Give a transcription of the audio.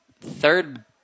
third